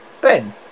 Ben